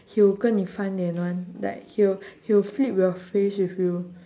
he'll 跟你翻脸：gen ni fan lian [one] like he'll he'll flip your face with you